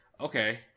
Okay